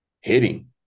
hitting